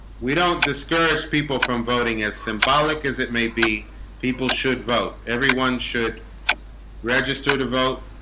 we don't discourage people from voting as symbolic as it may be people should vote everyone should register to vote